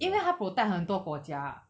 因为他 protect 很多国家